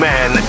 Man